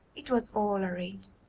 it was all arranged.